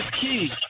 key